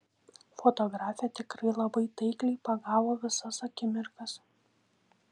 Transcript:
fotografė tikrai labai taikliai pagavo visas akimirkas